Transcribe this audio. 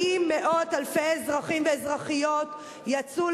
האם מאות אלפי אזרחים ואזרחיות יצאו